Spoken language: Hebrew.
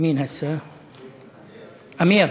אמיר.